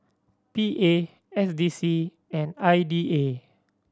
P A S D C and I D A